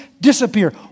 disappear